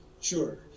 Sure